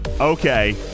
Okay